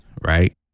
right